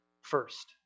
first